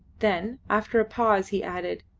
then, after a pause, he added,